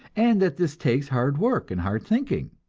and that this takes hard work and hard thinking.